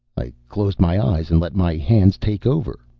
i closed my eyes and let my hands take over,